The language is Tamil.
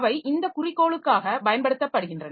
அவை இந்த குறிக்கோளுக்காக பயன்படுத்தப்படுகின்றன